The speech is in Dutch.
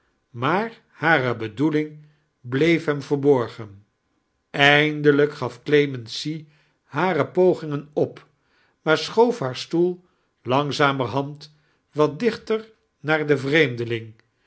maar ha ne bedoeling bleef hem verborgien eindelijk gaf clemency hare pogingen op maar siehoof haar stoel langzamerhand wat dichter naar den vreemdeling